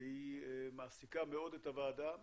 מעסיקה מאוד את הוועדה,